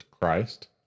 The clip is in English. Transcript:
Christ